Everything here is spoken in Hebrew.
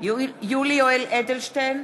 יולי יואל אדלשטיין,